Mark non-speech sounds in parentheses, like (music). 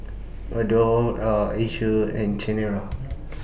(noise) Adore Air Asia and Chanira